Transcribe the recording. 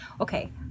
okay